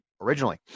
originally